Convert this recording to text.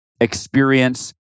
experience